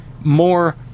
more